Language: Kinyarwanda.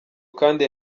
kandi